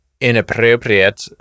inappropriate